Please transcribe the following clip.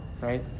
right